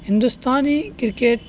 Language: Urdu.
ہندوستانی کرکٹ